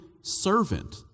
servant